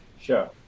Sure